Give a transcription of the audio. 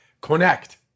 connect